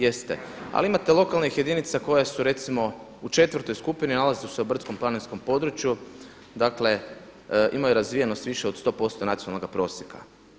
Jeste, ali imate lokalnih jedinica koje su recimo u 4. skupini, nalaze se u brdsko-planinskom području dakle imaju razvijenost više od 100% nacionalnoga prosjeka.